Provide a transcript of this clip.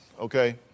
okay